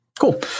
cool